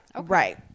right